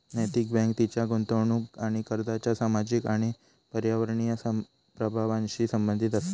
नैतिक बँक तिच्या गुंतवणूक आणि कर्जाच्या सामाजिक आणि पर्यावरणीय प्रभावांशी संबंधित असा